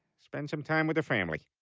spend some time with the family.